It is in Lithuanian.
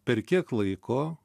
per kiek laiko